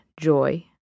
joy